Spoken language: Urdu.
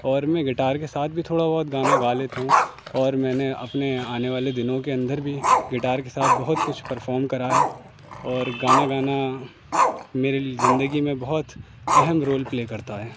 اور میں گٹار کے ساتھ بھی تھوڑا بہت گانا گا لیتا ہوں اور میں نے اپنے آنے والے دنوں کے اندر بھی گٹار کے ساتھ بہت کچھ پرفام کرا ہے اور گانا گانا میرے لیے زندگی میں بہت اہم رول پلے کرتا ہے